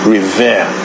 Revere